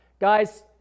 Guys